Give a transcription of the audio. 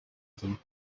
them